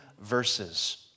verses